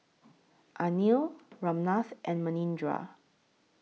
Anil Ramnath and Manindra